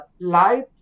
light